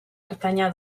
ertaina